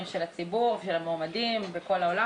של הציבור ושל המועמדים בכל העולם,